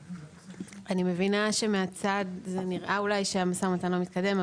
אני מבינה שמהצד זה נראה אולי שהמשא ומתן לא מתקדם,